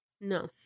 No